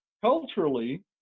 culturally